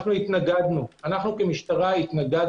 אנחנו כמשטרה,